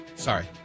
Sorry